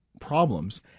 problems